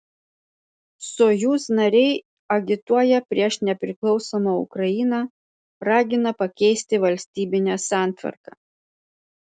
sojuz nariai agituoja prieš nepriklausomą ukrainą ragina pakeisti valstybinę santvarką